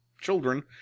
children